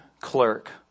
clerk